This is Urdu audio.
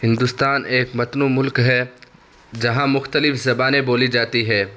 ہندوستان ایک متنوع ملک ہے جہاں مختلف زبانیں بولی جاتی ہے